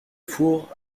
four